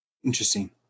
interesting